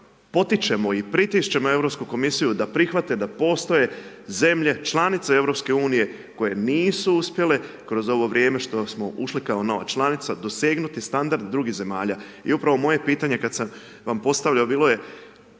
potičemo i pritišćemo Europsku komisiju, da prihvate, da postoje zemlje članice EU, koje nisu uspjele kroz ovo vrijeme što smo ušli ko nova članica, dosegnuti standard drugih zemalja. I upravo moje pitanje, kada sam vam ga postavio, bio je